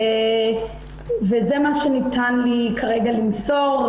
וזה מה שניתן לי כרגע למסור,